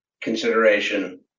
consideration